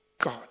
God